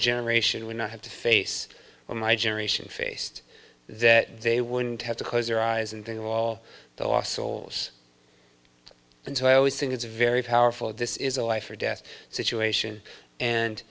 generation would not have to face when my generation faced that they wouldn't have to close their eyes and think of all the lost souls and so i always think it's a very powerful this is a life or death situation and